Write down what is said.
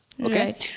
okay